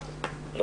לא.